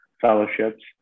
fellowships